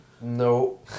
no